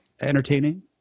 entertaining